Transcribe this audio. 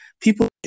people